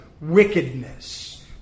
wickedness